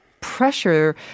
pressure